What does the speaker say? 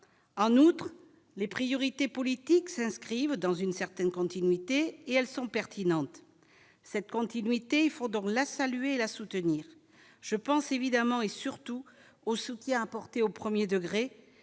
en outre, les priorités politiques s'inscrivent dans une certaine continuité et elles sont pertinentes, cette continuité il font dans la saluer la soutenir, je pense évidemment, et surtout au soutien apporté au 1er degré